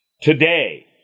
today